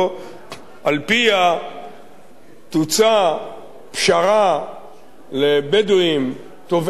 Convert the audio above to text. שעל-פיה תוצע פשרה לבדואים תובעי בעלות,